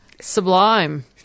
sublime